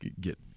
get